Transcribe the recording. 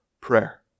prayer